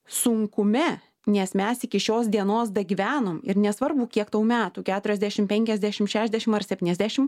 sunkume nes mes iki šios dienos dagyvenom ir nesvarbu kiek tau metų keturiasdešim penkiasdešim šešdešim ar septyniasdešim